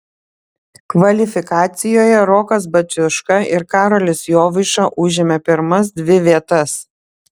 kvalifikacijoje rokas baciuška ir karolis jovaiša užėmė pirmas dvi vietas